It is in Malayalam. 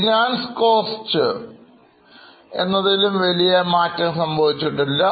Finance Cost എന്നതിൽ വലിയ മാറ്റം വന്നിട്ടില്ല